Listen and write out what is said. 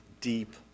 deep